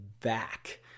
back